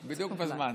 בדיוק בזמן.